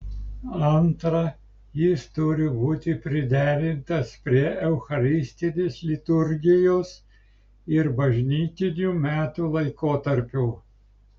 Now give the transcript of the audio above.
antra jis turi būti priderintas prie eucharistinės liturgijos ir bažnytinių metų laikotarpių